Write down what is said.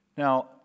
Now